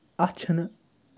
اَتھ چھِنہٕ